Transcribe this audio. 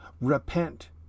Repent